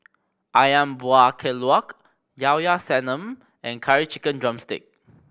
Ayam Buah Keluak Llao Llao Sanum and Curry Chicken drumstick